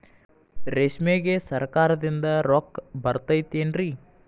ರೇಷ್ಮೆಗೆ ಸರಕಾರದಿಂದ ರೊಕ್ಕ ಬರತೈತೇನ್ರಿ?